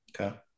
Okay